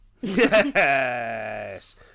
yes